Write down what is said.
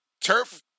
turf